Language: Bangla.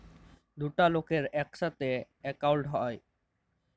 দুটা লকের ইকসাথে একাউল্ট হ্যয়